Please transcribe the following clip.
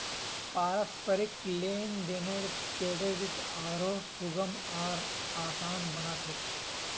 पारस्परिक लेन देनेर क्रेडित आरो सुगम आर आसान बना छेक